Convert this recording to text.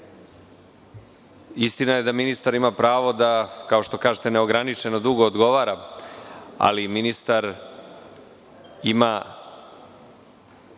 istina je da ministar ima pravo da, kao što kažete, neograničeno dugo odgovara, ali ministar ima